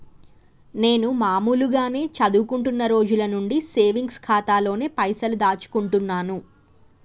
నేను మామూలుగానే చదువుకుంటున్న రోజుల నుంచి సేవింగ్స్ ఖాతాలోనే పైసలు దాచుకుంటున్నాను